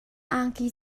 angki